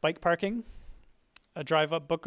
by parking a drive a book